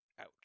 Ouch